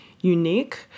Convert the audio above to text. Unique